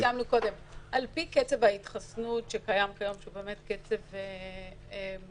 על-פי קצב ההתחסנות כיום שהוא באמת קצב גבוה,